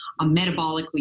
metabolically